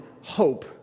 hope